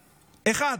אחד.